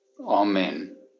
Amen